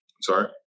Sorry